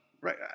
right